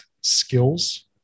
skills